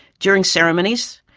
during ceremonies,